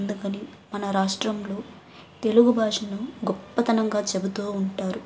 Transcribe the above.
అందుకని మన రాష్ట్రంలో తెలుగు భాషను గొప్పతనంగా చెబుతూ ఉంటారు